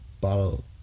bottle